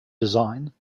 design